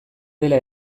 dela